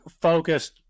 focused